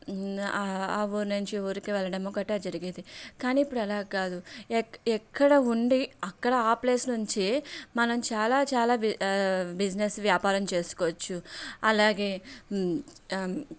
ఆ ఊరి నుంచి ఈ ఊరికి వెళ్ళడము గట్రా జరిగేది కానీ ఇప్పుడు అలా కాదు ఎక్కడ ఉండి అక్కడ ప్లేస్ నుంచే మనం చాలా చాలా బిజినెస్ వ్యాపారం చేసుకోవచ్చు అలాగే